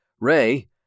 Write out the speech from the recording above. Ray